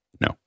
No